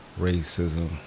racism